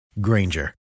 Granger